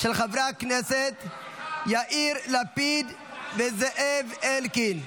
של חברי הכנסת יאיר לפיד וזאב אלקין.